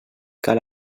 cal